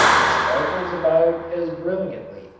it sparkles about as brilliantly,